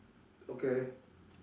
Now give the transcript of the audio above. okay